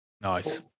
Nice